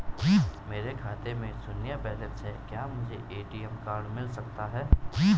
मेरे खाते में शून्य बैलेंस है क्या मुझे ए.टी.एम कार्ड मिल सकता है?